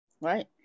right